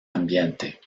ambiente